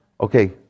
Okay